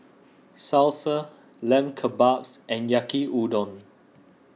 Salsa Lamb Kebabs and Yaki Udon